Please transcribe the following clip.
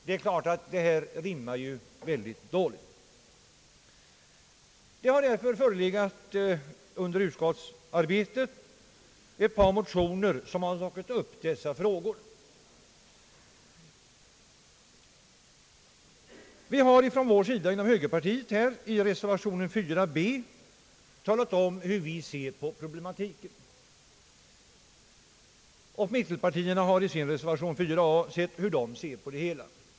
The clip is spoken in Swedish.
Det är klart att detta rimmar mycket dåligt. Under utskottsarbetet har därför behandlats ett par motioner som tagit upp dessa frågor. Högerpartiet har i reservation b talat om hur det ser på problematiken, och mittenpartierna har i sin reservation a sagt hur de ser på det hela.